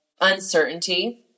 uncertainty